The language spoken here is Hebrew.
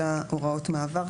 להוראות מעבר,